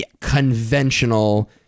conventional